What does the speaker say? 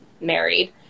married